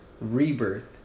rebirth